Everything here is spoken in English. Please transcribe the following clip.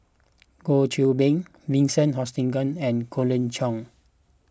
Goh Qiu Bin Vincent Hoisington and Colin Cheong